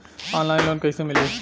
Online loan कइसे मिली?